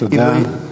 תודה.